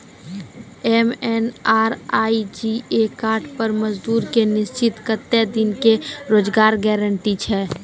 MNREGA card पर मजदुर के निश्चित कत्तेक दिन के रोजगार गारंटी छै?